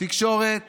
תקשורת